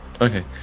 Okay